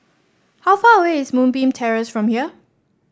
how far away is Moonbeam Terrace from here